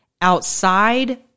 outside